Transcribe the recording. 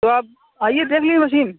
تو آپ آئیے دیکھ لیجیے مشین